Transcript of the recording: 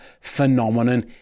phenomenon